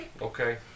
Okay